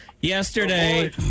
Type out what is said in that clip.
Yesterday